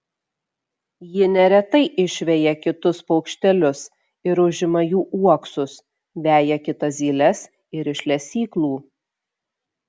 ji neretai išveja kitus paukštelius ir užima jų uoksus veja kitas zyles ir iš lesyklų